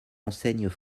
enseignes